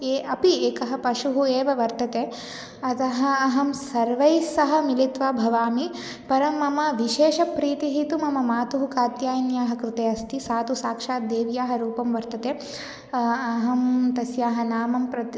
ये अपि एक पशुः एव वर्तते अतः अहं सर्वैः सह मिलित्वा भवामि परं मम विशेषप्रीतिः तु मम मातुः कात्यायन्याः कृते अस्ति सा तु साक्षात् देव्याः रूपं वर्तते अहं तस्याः नाम प्रति